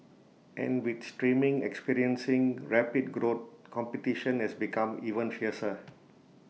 and with streaming experiencing rapid growth competition has become even fiercer